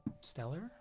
Stellar